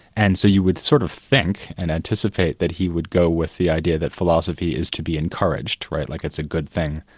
and so you would sort of think, and anticipate, that he would go with the idea that philosophy is to be encouraged, right? like, it's a good thing,